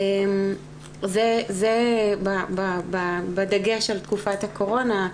זה בדגש על תקופת הקורונה,